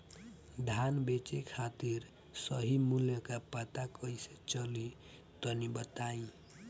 धान बेचे खातिर सही मूल्य का पता कैसे चली तनी बताई?